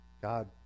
God